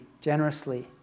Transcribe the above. generously